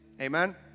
Amen